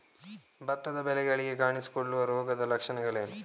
ಭತ್ತದ ಬೆಳೆಗಳಲ್ಲಿ ಕಾಣಿಸಿಕೊಳ್ಳುವ ರೋಗದ ಲಕ್ಷಣಗಳೇನು?